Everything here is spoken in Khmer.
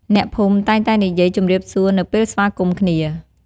អ្នកភូមិតែងតែនិយាយ ជំរាបសួរ នៅពេលស្វាគមន៍គ្នា។